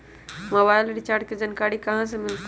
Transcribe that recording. Mobile recharge के जानकारी कहा से मिलतै?